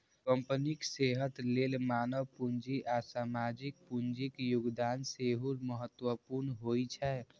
कंपनीक सेहत लेल मानव पूंजी आ सामाजिक पूंजीक योगदान सेहो महत्वपूर्ण होइ छै